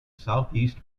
southeast